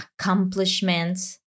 accomplishments